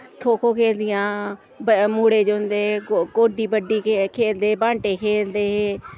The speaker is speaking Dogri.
खो खो खेलदियां हां प मुड़े जुंदे को कोड्डी बड्डी खेलदे बांटे खेलदे हे